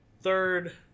third